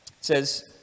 says